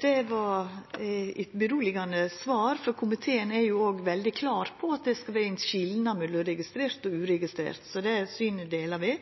Det var eit beroligande svar. Komiteen er jo òg veldig klar på at det skal vera ein skilnad mellom registrerte og uregistrerte. Så det synet deler vi.